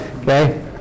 okay